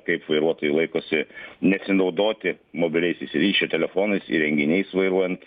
kaip vairuotojai laikosi nesinaudoti mobiliaisiais ryšio telefonais įrenginiais vairuojant